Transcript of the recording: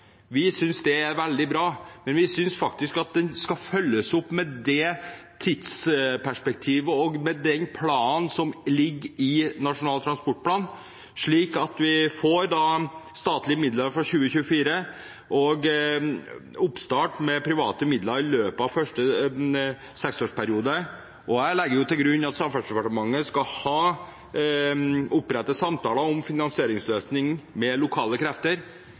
Vi synes den er veldig bra. Men vi synes at den skal følges opp med det tidsperspektivet og etter den planen som ligger i Nasjonal transportplan, slik at vi får statlige midler fra 2024 og oppstart med private midler i løpet av første seksårsperiode. Jeg legger til grunn at Samferdselsdepartementet skal opprette samtaler om finansieringsløsning med lokale krefter.